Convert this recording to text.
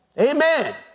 Amen